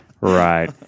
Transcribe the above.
Right